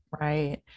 right